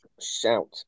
Shout